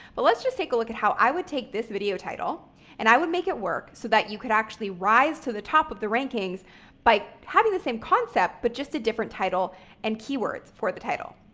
but let's just take a look at how i would take this video title and i would make it work so that you could actually rise to the top of the rankings by having the same concept, but just a different title and keywords for the title.